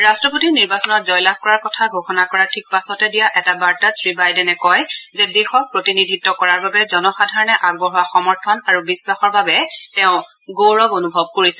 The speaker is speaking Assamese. ৰাট্টপতি নিৰ্বাচনত জয়লাভ কৰাৰ কথা ঘোষণা কৰাৰ ঠিক পাছতে দিয়া এটা বাৰ্তাত শ্ৰীবাইডেনে কয় যে দেশক প্ৰতিনিধিত্ব কৰাৰ বাবে জনসাধাৰণে আগবঢ়োৱা সমৰ্থন আৰু বিশ্বাসৰ বাবে তেওঁ গৌৰৱ অনুভৱ কৰিছে